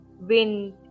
wind